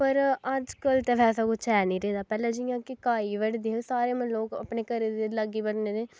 पर अज्ज कल ते वैसा कुछ ऐ निं रेहा दा पैह्लें जि'यां कि घाऽ ई बड्ढदे हे सारे लोग अपने घरे दे लागे ब'न्ने दे